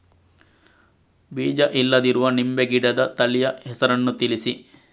ಬೀಜ ಇಲ್ಲದಿರುವ ನಿಂಬೆ ಗಿಡದ ತಳಿಯ ಹೆಸರನ್ನು ತಿಳಿಸಿ?